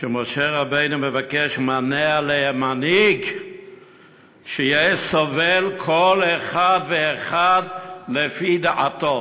שמשה רבנו מבקש: "מנה עליהם מנהיג שיהיה סובל כל אחד ואחד לפי דעתו".